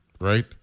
right